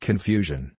Confusion